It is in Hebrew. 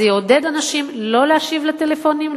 זה יעודד אנשים לא להשיב לטלפונים,